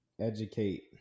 educate